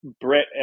brett